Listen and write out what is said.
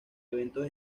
eventos